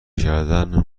کردن